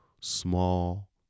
small